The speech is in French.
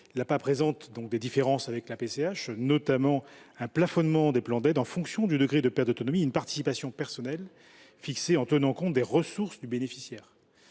L’APA présente des différences avec la PCH, notamment un plafonnement des plans d’aide en fonction du degré de perte d’autonomie et une participation personnelle fixée en tenant compte des ressources du bénéficiaire.